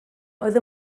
oedd